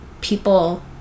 people